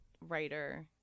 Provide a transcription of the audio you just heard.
writer